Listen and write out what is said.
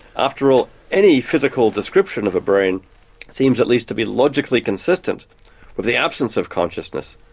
after all, any physical description of a brain seems at least to be logically consistent with the absence of consciousness.